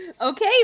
Okay